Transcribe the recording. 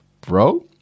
Bro